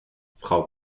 frau